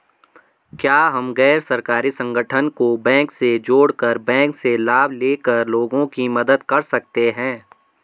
क्या हम गैर सरकारी संगठन को बैंक से जोड़ कर बैंक से लाभ ले कर लोगों की मदद कर सकते हैं?